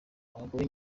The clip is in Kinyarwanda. abagore